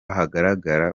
hagaragara